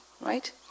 right